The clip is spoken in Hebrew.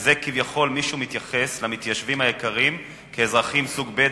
וזה שכביכול מישהו מתייחס למתיישבים היקרים כאזרחים סוג ב',